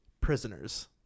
prisoners